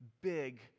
big